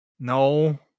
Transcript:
No